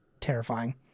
terrifying